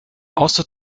außer